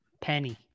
Penny